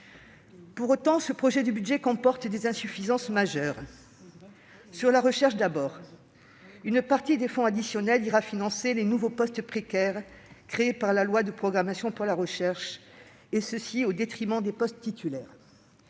Pour autant, ce projet de budget comporte des insuffisances majeures. Concernant la recherche, tout d'abord, une partie des fonds additionnels ira financer les nouveaux postes précaires créés par la loi de programmation de la recherche, et ce au détriment des postes de titulaires.